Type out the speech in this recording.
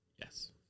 yes